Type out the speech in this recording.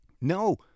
No